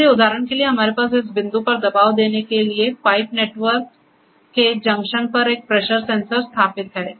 इसलिए उदाहरण के लिए हमारे पास इस बिंदु पर दबाव देने के लिए पाइप नेटवर्क के जंक्शन पर एक प्रेशर सेंसर स्थापित है